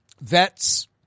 Vets